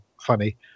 funny